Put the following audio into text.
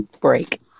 break